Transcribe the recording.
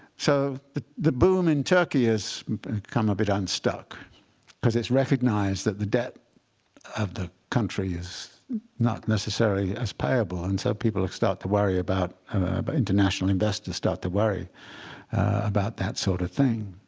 so the the boom in turkey has come a bit unstuck because it's recognized that the debt of the country is not necessarily as payable. and so people like start to worry about international investors start to worry about that sort of thing.